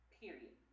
period